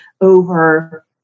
over